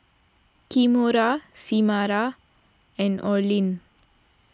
Kimora Samira and Orlin